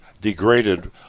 degraded